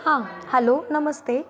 हां हॅलो नमस्ते